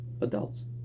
adults